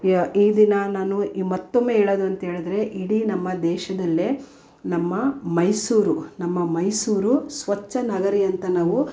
ಈ ದಿನ ನಾನು ಈ ಮತ್ತೊಮ್ಮೆ ಹೇಳೋದು ಅಂತ್ಹೇಳಿದ್ರೆ ಇಡೀ ನಮ್ಮ ದೇಶದಲ್ಲೇ ನಮ್ಮ ಮೈಸೂರು ನಮ್ಮ ಮೈಸೂರು ಸ್ವಚ್ಛ ನಗರಿ ಅಂತ ನಾವು